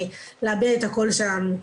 להביע את הקול שלנו.